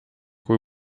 kui